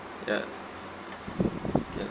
ya K lah